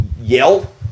yell